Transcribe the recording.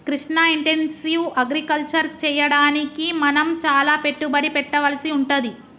Krishna intensive agriculture చెయ్యడానికి మనం చాల పెట్టుబడి పెట్టవలసి వుంటది